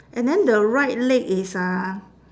and then the right leg is uh